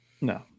no